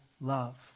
love